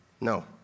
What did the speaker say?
no